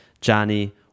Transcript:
Johnny